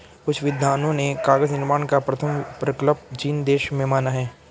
कुछ विद्वानों ने कागज निर्माण का प्रथम प्रकल्प चीन देश में माना है